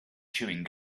chewing